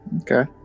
Okay